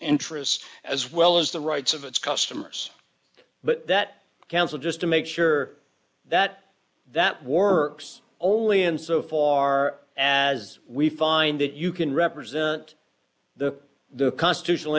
interests as well as the rights of its customers but that counsel just to make sure that that warps only in so far as we find that you can represent the the constitutional